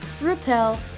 repel